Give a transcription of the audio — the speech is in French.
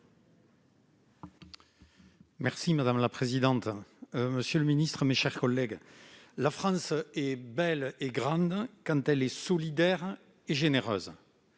Madame la présidente, monsieur le ministre, mes chers collègues, la France est belle et grande quand elle est solidaire et généreuse.